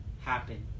happen